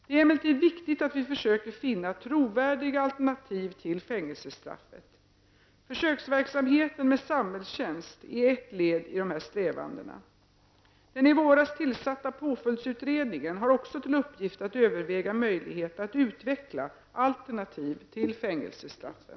Det är emellertid viktigt att vi försöker finna trovärdiga alternativ till fängelsestraffet. Försöksverksamheten med samhällstjänst är ett led i dessa strävanden. Den i våras tillsatta påföljdsutredningen har också till uppgift att överväga möjligheterna att utveckla alternativ till fängelsestraffen.